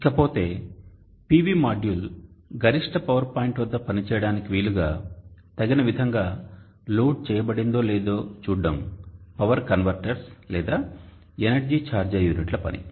ఇకపోతే PV module గరిష్ట power point వద్ద పని చేయడానికి వీలుగా తగిన విధంగా లోడ్ చేయబడిందో లేదో చూడటం పవర్ కన్వర్టర్స్ లేదా ఎనర్జీ ఛార్జర్ యూనిట్ల పని